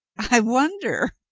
i wonder,